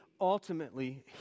ultimately